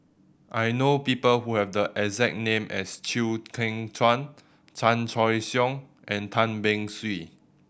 I know people who have the exact name as Chew Kheng Chuan Chan Choy Siong and Tan Beng Swee